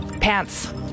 Pants